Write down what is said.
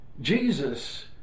Jesus